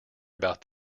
about